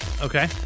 Okay